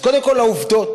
אז קודם כול העובדות: